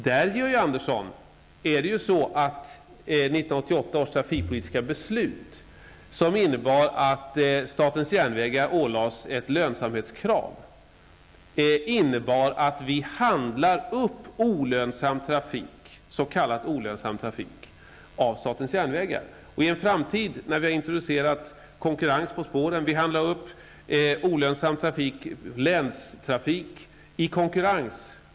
Det är ju så, Georg Andersson, att 1988 års trafikpolitiska beslut innebar att statens järnvägar ålades ett lönsamhetskrav och att s.k. olönsam trafik upphandlades av statens järnvägar. Olönsam länstrafik handlas upp i konkurrens och kostnaderna sänks.